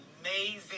amazing